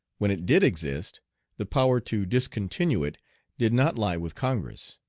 when it did exist the power to discontinue it did not lie with congress.